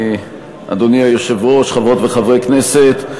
אדוני היושב-ראש, תודה רבה, חברות וחברי הכנסת,